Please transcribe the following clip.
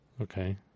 Okay